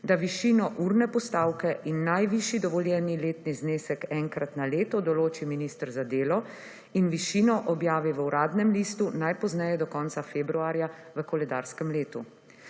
Da višino urne postavke in najvišji dovoljeni letni znesek enkrat na leto določi minister za delo in višino objavi v Uradnem listu najpozneje do konca februarja v koledarskem letu.